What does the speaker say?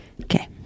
okay